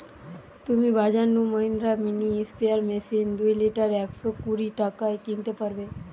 তুমি বাজর নু মহিন্দ্রা মিনি স্প্রেয়ার মেশিন দুই লিটার একশ কুড়ি টাকায় কিনতে পারবে